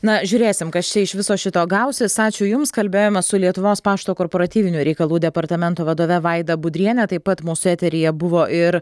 na žiūrėsim kas čia iš viso šito gausis ačiū jums kalbėjome su lietuvos pašto korporatyvinių reikalų departamento vadove vaida budriene taip pat mūsų eteryje buvo ir